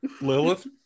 Lilith